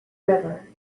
river